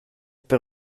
per